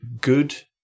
good